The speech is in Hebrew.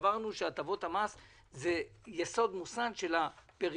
סברנו שהטבות המס הן יסוד מוסד של הפריפריה,